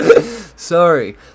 Sorry